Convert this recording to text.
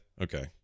Okay